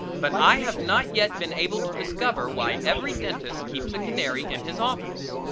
but i have not yet been able to discover why every dentist keeps a canary in his office.